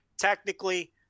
Technically